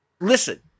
Listen